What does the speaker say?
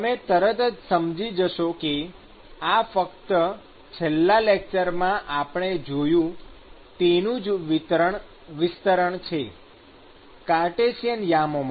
તમે તરત જ સમજી જશો કે આ ફક્ત છેલ્લા લેકચરમાં આપણે જોયું તેનું જ વિસ્તરણ છે કાર્ટેશિયન યામો માટે